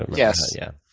and yes. yeah